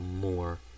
more